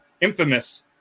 infamous